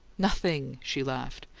nothing! she laughed.